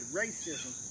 racism